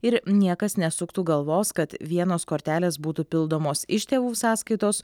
ir niekas nesuktų galvos kad vienos kortelės būtų pildomos iš tėvų sąskaitos